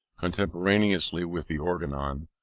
contemporaneously with the organon,